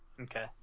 Okay